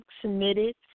submitted